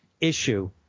issue